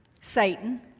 Satan